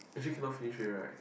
actually cannot finish it right